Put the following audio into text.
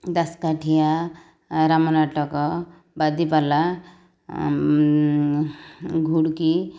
ଦାସକାଠିଆ ଏ ରାମନାଟକ ବାଦିପାଲା ଘୁଡ଼ୁକି